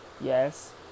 yes